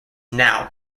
now